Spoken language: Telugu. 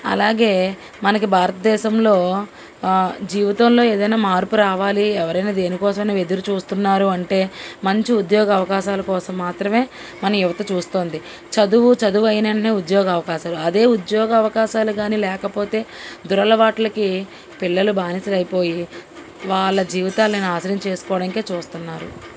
అలాగే మనకి భారతదేశంలో జీవితంలో ఏదైనా మార్పు రావాలి ఎవరైనా దేనికోసమైనా ఎదురుచూస్తున్నారు అంటే మంచి ఉద్యోగ అవకాశాల కోసం మాత్రమే మన యువత చూస్తోంది చదువు చదువు అయిన వెంటనే ఉద్యోగ అవకాశాలు అదే ఉద్యోగ అవకాశాలు కానీ లేకపోతే దురలవాట్లకి పిల్లలు బానిసలైపోయి వాళ్ళ జీవితాలని నాశనం చేసుకోవడానికే చూస్తున్నారు